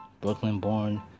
Brooklyn-born